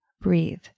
breathe